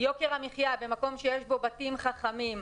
יוקר המחיה במקום שיש בו בתים חכמים,